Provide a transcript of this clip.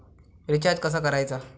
Recharge कसा करायचा?